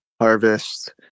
harvest